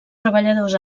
treballadors